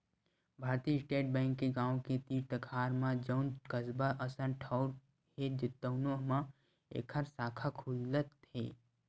भारतीय state bank के गाँव के तीर तखार म जउन कस्बा असन ठउर हे तउनो म एखर साखा खुलत हे